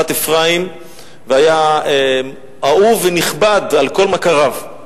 והיה אהוב ונכבד על כל מכריו,